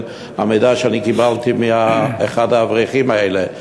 המידע שאני קיבלתי מאחד האברכים האלה.